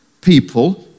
people